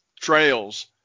trails